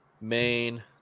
main